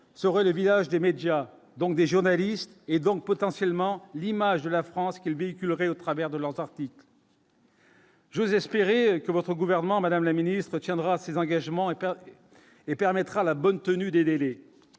et le village des médias, donc des journalistes, et donc potentiellement l'image de la France qu'il véhiculerait au travers de l'Antartique. J'ose espérer que votre gouvernement madame la ministre tiendra ses engagements et et permettre à la bonne tenue des délais,